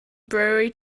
brewery